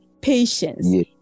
patience